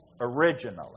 Originally